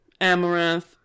Amaranth